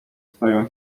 twoją